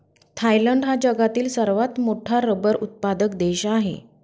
Thailand हा जगातील सर्वात मोठा रबर उत्पादक देश आहे